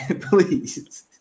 Please